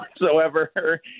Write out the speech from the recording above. whatsoever